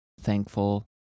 thankful